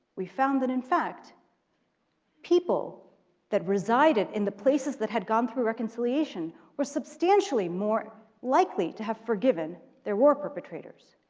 we found that in fact people that resided in the places that had gone through reconciliation were substantially more likely to have forgiven their war perpetrators.